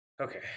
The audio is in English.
okay